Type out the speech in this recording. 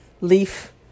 leaf